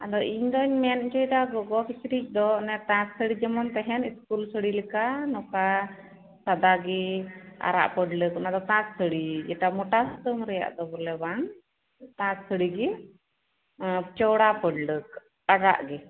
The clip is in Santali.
ᱟᱫᱚ ᱤᱧ ᱫᱩᱧ ᱢᱮᱱ ᱚᱪᱚᱭᱮᱫᱟ ᱜᱚᱜᱚ ᱠᱤᱪᱨᱤᱡ ᱫᱚ ᱚᱱᱮ ᱛᱟᱸᱛ ᱥᱟᱹᱲᱤ ᱡᱮᱢᱚᱱ ᱛᱟᱦᱮᱱ ᱥᱠᱩᱞ ᱥᱟᱹᱲᱤ ᱞᱮᱠᱟ ᱱᱚᱠᱟ ᱥᱟᱫᱟ ᱜᱮ ᱟᱨᱟᱜ ᱯᱟᱹᱲᱞᱟᱹᱠ ᱚᱱᱟ ᱫᱚ ᱛᱟᱸᱛ ᱥᱟᱹᱲᱤ ᱡᱮᱴᱟ ᱢᱚᱴᱟ ᱥᱩᱛᱟᱢ ᱨᱮᱭᱟᱜ ᱫᱚ ᱵᱚᱞᱮ ᱵᱟᱝ ᱛᱟᱸᱛ ᱥᱟᱹᱲᱤ ᱜᱮ ᱚᱥᱟᱨ ᱯᱟᱹᱲᱞᱟᱹᱠ ᱟᱨᱟᱜ ᱜᱮ